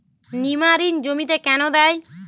নিমারিন জমিতে কেন দেয়?